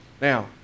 Now